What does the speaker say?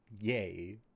Yay